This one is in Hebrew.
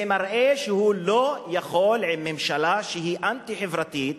זה מראה שהוא לא יכול עם ממשלה שהיא אנטי-חברתית,